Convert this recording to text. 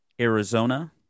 Arizona